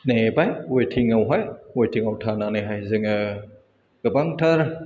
नेबाय वाइटिं आवहाय वाइटिङाव थानानैहाय जोङो गोबांथार